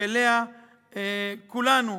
שאליה כולנו,